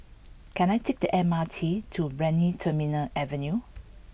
can I take the M R T to Brani Terminal Avenue